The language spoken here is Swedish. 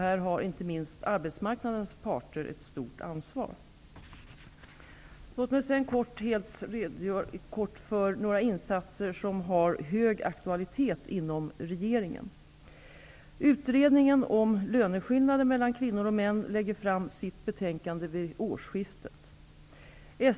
Här har inte minst arbetsmarknadens parter ett stort ansvar. Låt mig helt kort redogöra för några insatser som har hög aktualitet inom regeringen: - Utredningen om löneskillnader mellan män och kvinnor lägger fram sitt betänkande vid årsskiftet.